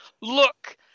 look